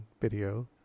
video